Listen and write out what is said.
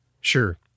Sure